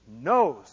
knows